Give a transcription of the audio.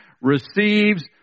receives